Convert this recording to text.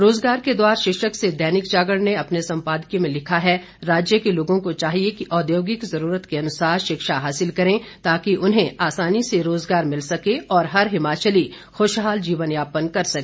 रोजगार के द्वार शीर्षक से दैनिक जागरण ने अपने संपादकीय में लिखा है राज्य के लोगों को चाहिए कि औद्योगिक जरूरत के अनुसार शिक्षा हासिल करें ताकि उन्हें आसानी से रोजगार मिल सके और हर हिमाचली खुशहाल जीवनयापन कर सके